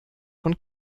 von